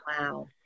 Wow